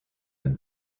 than